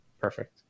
perfect